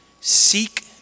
Seek